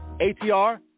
ATR